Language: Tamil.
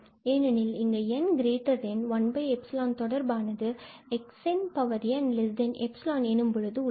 ஏனெனில் இங்கு இந்த n1𝜖 தொடர்பானது xnn𝜖 எனும் பொழுது உள்ளது